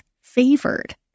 favored